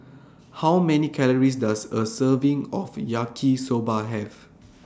How Many Calories Does A Serving of Yaki Soba Have